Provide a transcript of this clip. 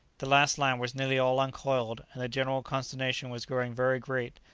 the last line was nearly all uncoiled, and the general consternation was growing very great,